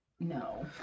No